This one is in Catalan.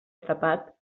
trepat